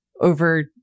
over